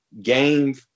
game –